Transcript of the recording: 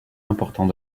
important